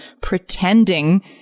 pretending